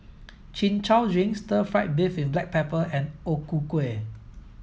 chin chow drink stir fry beef with black pepper and o ku kueh